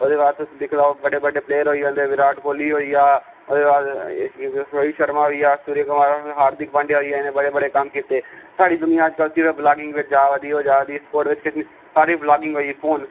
ओहदे बाद तुस दिक्खी लैओ बड़़े बडे प्लेयर होई जंदे बिराट कोहली होई गेआ ओहदे बाद रोहित शर्मा होई गेआ सूर्ये कुमार हादिक पाण्डेआ होई गेआ इनें बड़े कम्म कीते साढ़ी दुनियां अजकल सिर्फ ब्लागिंग बिच जारदी स्पोट्स बिच किश नेईं सारी ब्लगिग होई गेई फोन